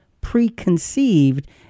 preconceived